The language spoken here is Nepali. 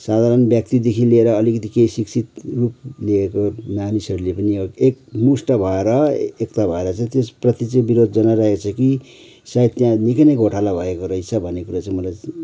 साधारण व्यक्तिदेखि लिएर अलिकति केही शिक्षित लिएको मान्छेहरूले पनि एकमुष्ट भएर एकता भएर त्यसप्रति चाहिँ बिरोध जनाइरहेको छ की सायद त्यहाँ निकै नै घोटाला भएको रहेछ भनने कुरो मलाई